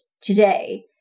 today